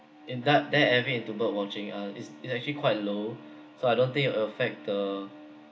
in that that avid into bird watching uh is is actually quite low so I don't think affect the